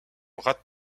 rat